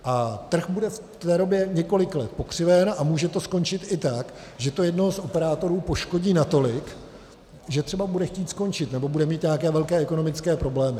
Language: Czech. A trh bude v té době několik let pokřiven a může to skončit i tak, že to jednoho z operátorů poškodí natolik, že třeba bude chtít skončit nebo bude mít nějaké velké ekonomické problémy.